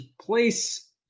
place